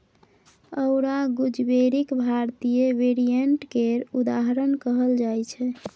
औरा गुजबेरीक भारतीय वेरिएंट केर उदाहरण कहल जाइ छै